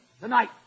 tonight